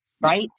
right